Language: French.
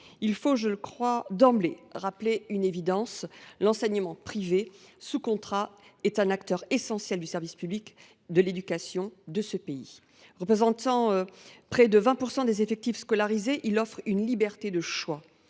Il faut, je le crois, rappeler d’emblée une évidence : l’enseignement privé sous contrat est un acteur essentiel du service public de l’éducation de ce pays. Représentant près de 20 % des effectifs scolarisés, il offre une liberté de choix